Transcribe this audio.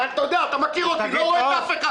אתה יודע, אתה מכיר אותי: אני לא רואה את אף אחד.